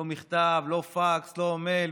לא מכתב, לא פקס, לא מייל.